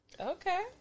Okay